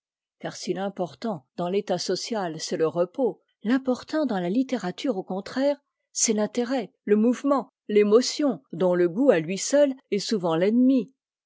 car si l'important dans l'état social c'est le repos l'important dans ta littérature au contraire c'est l'intérêt le mouvement t'émotion dont le goût à lui tout seul est souvent l'ennemi